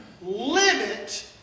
limit